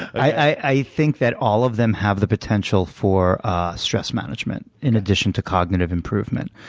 i think that all of them have the potential for stress management in addition to cognitive improvement,